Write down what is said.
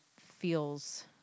feels